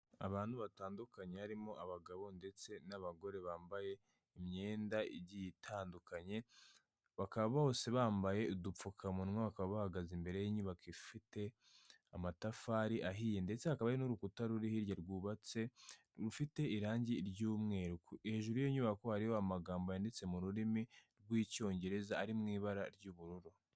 Abantu batandukanye harimo abagabo ndetse n'abagore bambaye imyenda igiye otandukanye, bakaba bose bambaye udupfukamunwa, bakaba bahagaze imbere y'inyubako ifite amatafari ahiye ndetse hakaba hari n'urukuta ruri hirya rwubatse rufite irangi ry'umweru, hejuru y'inyubako hariho amagambo yanditse mu rurimi rw'Icyongereza ari mu ibara ry'ubururu.